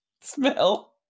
smell